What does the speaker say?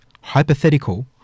hypothetical